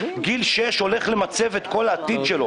גיל שש הולך למצֵב את כל העתיד שלו.